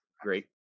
Great